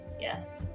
yes